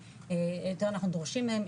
יותר נכון דורשים מהם,